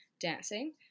dancing